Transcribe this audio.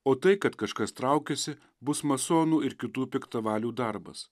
o tai kad kažkas traukiasi bus masonų ir kitų piktavalių darbas